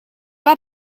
pas